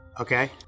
Okay